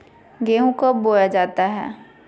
गेंहू कब बोया जाता हैं?